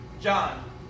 John